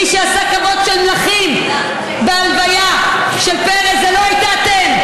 מי שעשה כבוד של מלכים בהלוויה של פרס זה לא הייתם אתם,